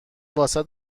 واست